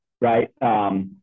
Right